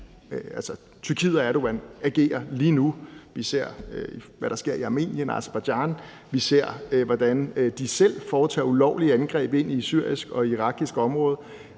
og Tyrkiet agerer på lige nu, vi ser, hvad der sker i Armenien og Aserbajdsjan, vi ser, hvordan de selv foretager ulovlige angreb ind i syrisk og irakisk område,